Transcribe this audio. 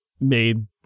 made